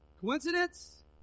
Coincidence